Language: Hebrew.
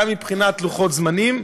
גם מבחינת לוחות זמנים,